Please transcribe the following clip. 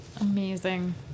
amazing